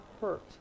hurt